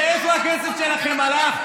לאיפה הכסף שלכם הלך?